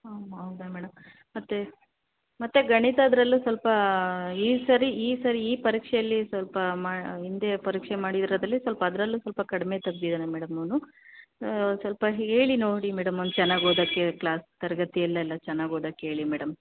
ಹಾಂ ಹೌದ ಮೇಡಮ್ ಮತ್ತು ಮತ್ತು ಗಣಿತದಲ್ಲೂ ಸ್ವಲ್ಪ ಈ ಸಾರಿ ಈ ಸಾರಿ ಈ ಪರೀಕ್ಷೆಯಲ್ಲಿ ಸ್ವಲ್ಪ ಮಾ ಹಿಂದೆ ಪರೀಕ್ಷೆ ಮಾಡಿರೋದರಲ್ಲಿ ಸ್ವಲ್ಪ ಅದರಲ್ಲೂ ಸ್ವಲ್ಪ ಕಡಿಮೆ ತೆಗ್ದಿದ್ದಾನೆ ಮೇಡಮ್ ಅವನು ಸ್ವಲ್ಪ ಹೇಳಿ ನೋಡಿ ಮೇಡಮ್ ಅವ್ನು ಚೆನ್ನಾಗಿ ಓದಕ್ಕೆ ಹೇಳಿ ಕ್ಲಾಸ್ ತರಗತಿಯಲ್ಲೆಲ್ಲ ಚೆನ್ನಾಗಿ ಓದಕ್ಕೆ ಹೇಳಿ ಮೇಡಮ್